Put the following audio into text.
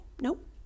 Nope